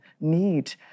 need